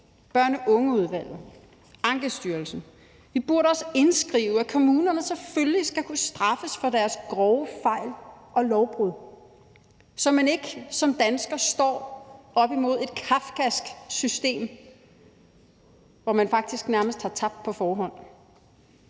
overhovedet fungerer. Vi burde også indskrive, at kommunerne selvfølgelig skal kunne straffes for deres grove fejl og lovbrud, så man ikke som dansker står op imod et kafkask system, hvor man faktisk nærmest har tabt på forhånd.